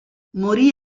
morì